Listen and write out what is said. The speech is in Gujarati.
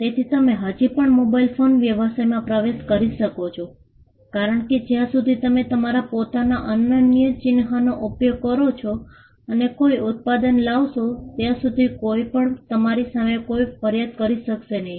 તેથી તમે હજી પણ મોબાઇલ ફોન વ્યવસાયમાં પ્રવેશ કરી શકો છો કારણ કે જ્યાં સુધી તમે તમારા પોતાના અનન્ય ચિન્હનો ઉપયોગ કરો છો અને કોઈ ઉત્પાદન લાવશો ત્યાં સુધી કોઈ પણ તમારી સામે કોઈ ફરિયાદ કરી શકે નહીં